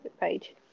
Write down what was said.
page